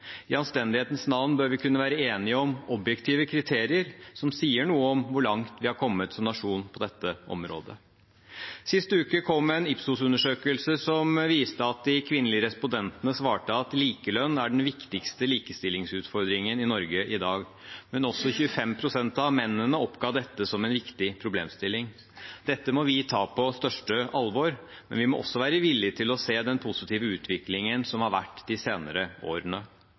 I anstendighetens navn bør vi kunne være enige om objektive kriterier som sier noe om hvor langt vi er kommet som nasjon på dette området. Sist uke kom en Ipsos-undersøkelse som viste at de kvinnelige respondentene svarte at likelønn er den viktigste likestillingsutfordringen i Norge i dag, men også 25 pst. av mennene oppga dette som en viktig problemstilling. Dette må vi ta på det største alvor, men vi må også være villig til å se den positive utviklingen som har vært de senere årene.